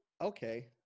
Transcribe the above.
okay